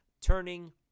turning